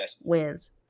wins